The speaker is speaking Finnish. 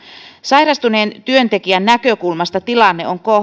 sairastuneen työntekijän näkökulmasta tilanne on